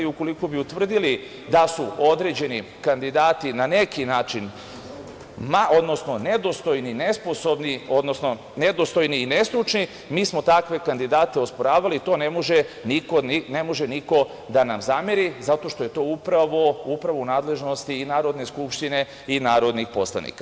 Ukoliko bi utvrdili da su određeni kandidati na neki način, odnosno nedostojni, nesposobni, odnosno nedostojni i nestručni, mi smo takve kandidate osporavali, to ne može niko da nam zameri zato što je to upravo u nadležnosti i Narodne skupštine i narodnih poslanika.